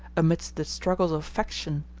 amidst the struggles of faction?